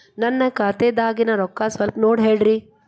ನನ್ನ ಖಾತೆದಾಗಿನ ರೊಕ್ಕ ಸ್ವಲ್ಪ ನೋಡಿ ಹೇಳ್ರಿ